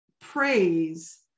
praise